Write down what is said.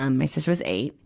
um my sister was eight.